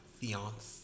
fiance